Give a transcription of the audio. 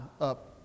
up